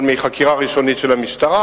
אבל כך מחקירה ראשונית של המשטרה,